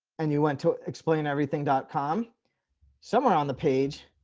and you went to explain everything dot com somewhere on the page.